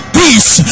peace